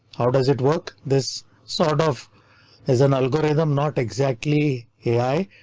how does it work? this sort of is an algorithm, not exactly ai.